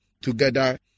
together